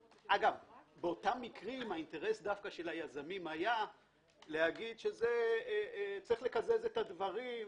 באותם מקרים האינטרס של היזמים היה להגיד שצריך לקזז את הדברים,